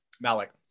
Malik